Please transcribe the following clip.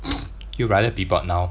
you'd rather be bored now